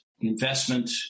investment